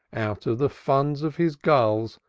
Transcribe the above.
out of the funds of his gulls,